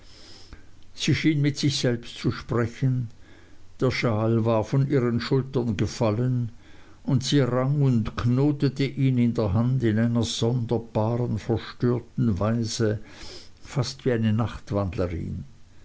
sie schien mit sich selbst zu sprechen der schal war von ihren schultern gefallen und sie rang und knotete ihn in der hand in einer sonderbaren verstörten weise fast wie eine